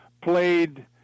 played